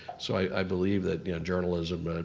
so i believe that journalism,